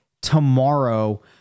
tomorrow